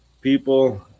people